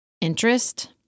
interest